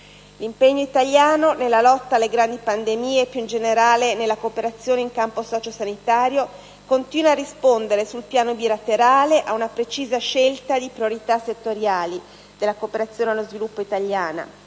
L'impegno italiano nella lotta alle grandi pandemie e, più in generale, nella cooperazione in campo socio-sanitario continua a rispondere sul piano bilaterale ad una precisa scelta di priorità settoriali della cooperazione allo sviluppo italiana,